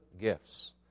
gifts